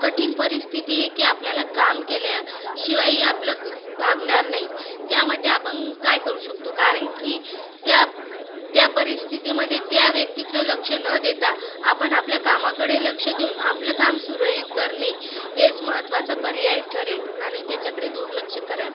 कठीण परिस्थिती की आपल्याला काम केल्याशिवायही आपलं भागणार नाही त्यामध्ये आपण काय करू शकतो कारण की त्या त्या परिस्थितीमध्ये त्या व्यक्तीकडं लक्ष न देता आपण आपल्या कामाकडे लक्ष देऊन आपलं काम सुरळीत करणे हाच महत्त्वाचा पर्याय ठरेल आणि त्याच्याकडे दुर्लक्ष करावे